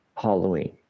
halloween